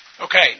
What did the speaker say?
Okay